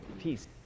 Peace